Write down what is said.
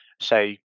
Say